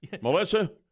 Melissa